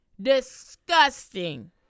disgusting